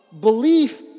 belief